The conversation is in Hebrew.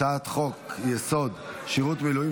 הצעת חוק-יסוד: שירות מילואים,